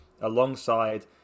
alongside